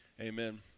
amen